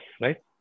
right